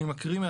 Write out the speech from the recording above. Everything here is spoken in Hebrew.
אני מקריא: